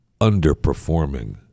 underperforming